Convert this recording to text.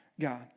God